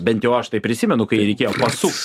bent jau aš tai prisimenu kai reikėjo pasukt